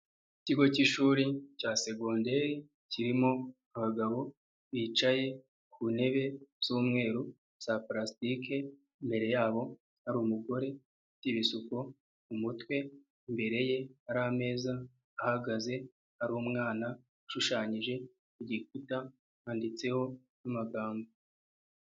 Ikigo k'ishuri cya segonderi kirimo abagabo bicaye ku ntebe z'umweru za pulasitike imbere yabo hari umugore ufite ibisuko mu mutwe, imbere ye hari ameza ahagaze ari umwana ushushanyije ku gikuta handitseho n'amagambo.